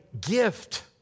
gift